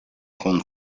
kun